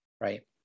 right